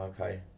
okay